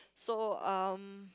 so um